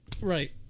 Right